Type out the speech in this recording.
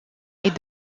est